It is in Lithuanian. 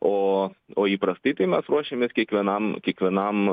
o o įprastai tai mes ruošiamės kiekvienam kiekvienam